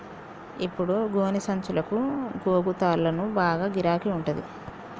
ఇప్పుడు గోనె సంచులకు, గోగు తాళ్లకు బాగా గిరాకి ఉంటంది